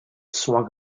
swung